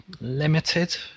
limited